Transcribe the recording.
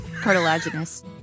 cartilaginous